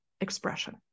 expression